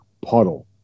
puddle